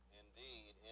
indeed